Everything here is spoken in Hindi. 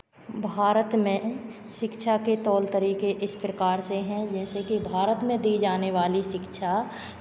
भारत में शिक्षा के तौर तरीके इस प्रकार से हैं जैसे कि भारत में दी जाने वाली शिक्षा